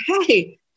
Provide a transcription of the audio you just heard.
hey